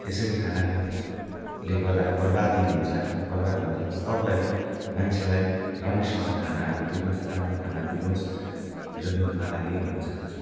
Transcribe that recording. यसरी खानाकोले गर्दा बर्बादी हुन्छ हाम्रो बर्बाद हुन्छौँ र तपाईँहरूले मान्छेलाई राम्रोसँग खानाहरू दिनुहोस् राम्रो खाना दिनुहोस् र म तिमीहरूलाई यही भन्न चाहन्छु